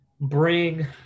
Bring